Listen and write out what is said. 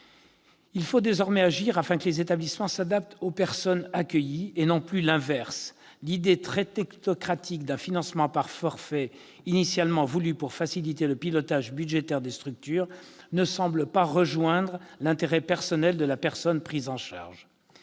Il faut désormais agir afin que les établissements s'adaptent aux personnes accueillies et non plus l'inverse : l'idée, très technocratique, d'un financement par forfait, initialement voulue pour faciliter le pilotage budgétaire des structures, ne semble pas rejoindre l'intérêt personnel de la personne prise en charge.